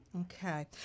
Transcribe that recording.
okay